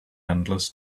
endless